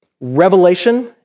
revelation